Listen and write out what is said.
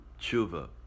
tshuva